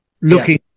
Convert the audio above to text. looking